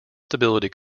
stability